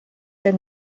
der